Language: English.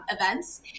events